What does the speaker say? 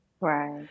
Right